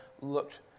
looked